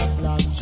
black